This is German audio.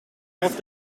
auf